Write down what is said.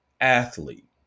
athlete